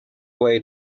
way